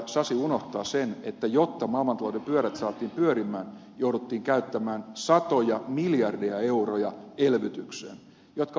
sasi unohtaa sen että jotta maailmantalouden pyörät saatiin pyörimään jouduttiin käyttämään satoja miljardeja euroja elvytykseen jotka valtiot joutuivat rahoittamaan velalla